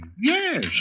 yes